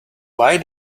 why